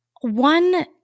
one